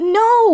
no